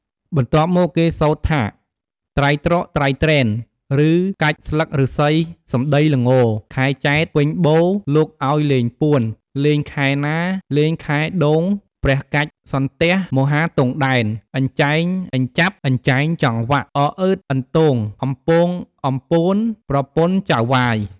បន្ទាប់មកគេ សូត្រថា "ត្រៃត្រក ត្រៃត្រេន" ឬ "កាច់ស្លឹកឬស្សី សំដីល្ង ខែចែត្រ ពេញបូណ៌ លោកឱ្យលេងពួន លេងខែណា លេងខែដូងព្រះកាច់សន្ទះមហាទង់ដែង អញ្ចែងអញ្ចាប់ អញ្ចែងចង្វាក់ អអឺត អន្ទង អំពងអំពួន ប្រពន្ធចៅហ្វាយ។